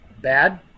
bad